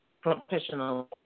professional